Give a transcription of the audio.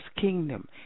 kingdom